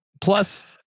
Plus